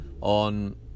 on